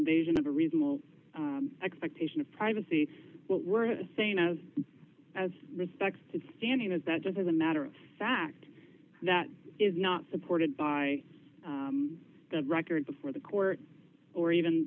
invasion of a reasonable expectation of privacy what we're saying as as respected standing is that just as a matter of fact that is not supported by the record before the court or even